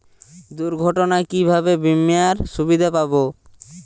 দুর্ঘটনায় কিভাবে বিমার সুবিধা পাব?